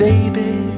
Baby